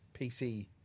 PC